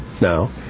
now